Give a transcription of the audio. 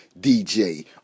DJ